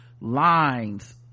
lines